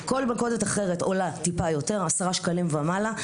כל מלכודת אחרת עולה טיפה יותר, עשרה שקלים ומעלה.